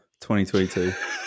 2022